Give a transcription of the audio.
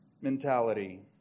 mentality